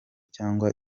cyangwa